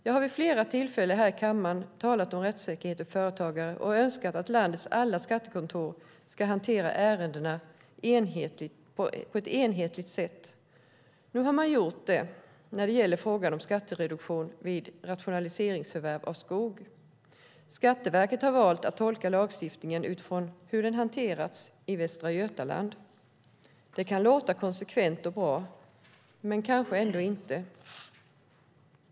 Jag har vid flera tillfällen i kammaren talat om rättssäkerhet för företagare och önskat att landets alla skattekontor ska hantera ärendena på ett enhetligt sätt. Nu har man gjort det när det gäller frågan om skattereduktion vid rationaliseringsförvärv av skog. Skatteverket har valt att tolka lagstiftningen utifrån hur den hanterats i Västra Götaland. Det kan låta konsekvent och bra, men kanske ändå inte.